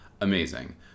Amazing